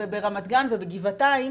וברמת גן ובגבעתיים,